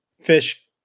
Fish